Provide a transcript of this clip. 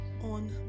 on